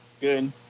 good